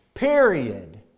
Period